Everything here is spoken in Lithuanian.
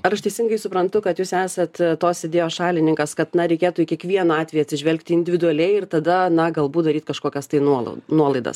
ar aš teisingai suprantu kad jūs esat tos idėjos šalininkas kad na reikėtų į kiekvieną atvejį atsižvelgti individualiai ir tada na galbūt daryt kažkokias tai nuola nuolaidas